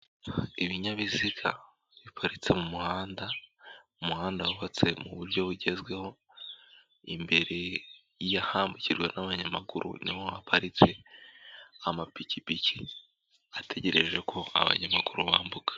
Ibinyabiziga biparitse mu muhanda, umuhanda wubatse mu buryo bugezweho, imbere y'ahambukirwa n'abanyamaguru na ho haparitse amapikipiki, ategereje ko abanyamaguru bambuka.